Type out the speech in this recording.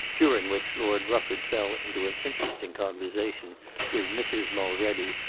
during which lord rufford fell into an interesting conversation with mrs. mulready,